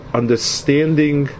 understanding